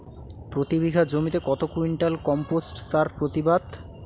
প্রতি বিঘা জমিতে কত কুইন্টাল কম্পোস্ট সার প্রতিবাদ?